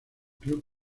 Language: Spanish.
club